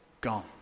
Gone